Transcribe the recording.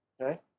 okay